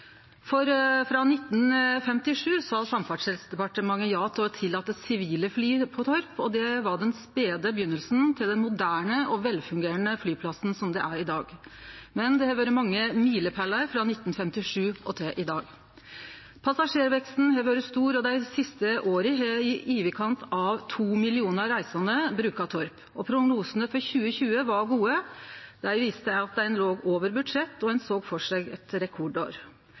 sa Samferdselsdepartementet ja til å tillate sivile fly på Torp, og det var den spede begynninga til den moderne og velfungerande flyplassen det er i dag. Men det har vore mange milepålar frå 1957 til i dag. Passasjerveksten har vore stor, og dei siste åra har i overkant av to millionar reisande brukt Torp. Prognosane for 2020 var gode. Dei viste at ein låg over budsjett, og ein såg for seg eit rekordår.